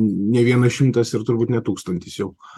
ne vienas šimtas ir turbūt ne tūkstantis jau